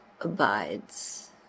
abides